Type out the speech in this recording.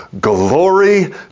glory